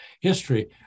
history